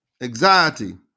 anxiety